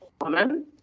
woman